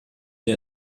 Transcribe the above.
der